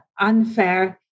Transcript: unfair